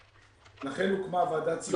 לכן הוקמה ועדה ציבורית.